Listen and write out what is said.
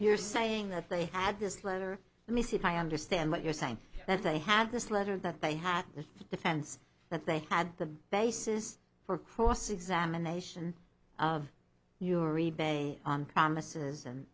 you're saying that they had this letter let me see if i understand what you're saying that they had this letter that they had the defense that they had the basis for cross examination of yuri banging on promises and